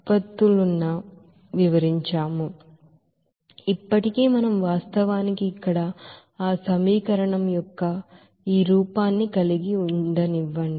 కాబట్టి ఇప్పటికీ మనం వాస్తవానికి ఇక్కడ ఆ సమీకరణం యొక్క ఈ రూపాన్ని కలిగి ఉండనివ్వండి